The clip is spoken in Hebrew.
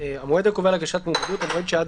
"המועד הקובע להגשת מועמדות" המועד שעד